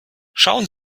schauen